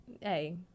hey